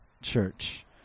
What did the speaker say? church